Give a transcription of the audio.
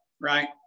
Right